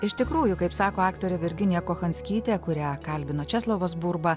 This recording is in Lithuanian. iš tikrųjų kaip sako aktorė virginija kochanskytė kurią kalbino česlovas burba